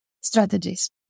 strategies